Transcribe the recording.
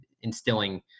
instilling